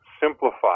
simplify